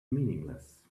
meaningless